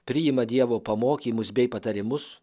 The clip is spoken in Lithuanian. priima dievo pamokymus bei patarimus